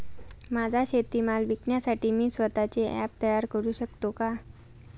माझा शेतीमाल विकण्यासाठी मी स्वत:चे ॲप तयार करु शकतो का?